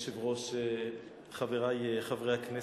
אדוני היושב-ראש, חברי חברי הכנסת,